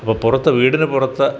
അപ്പോൾ പുറത്ത് വീടിന് പുറത്ത്